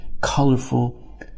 colorful